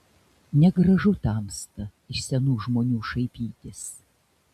negražu tamsta iš senų žmonių šaipytis